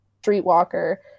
streetwalker